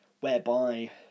whereby